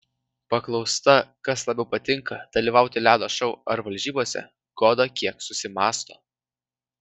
paklausta kas labiau patinka dalyvauti ledo šou ar varžybose goda kiek susimąsto